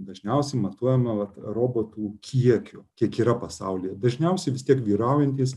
dažniausiai matuojama vat robotų kiekiu kiek yra pasaulyje dažniausiai vis tiek vyraujantys